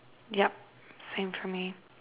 yep same for me